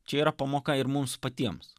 čia yra pamoka ir mums patiems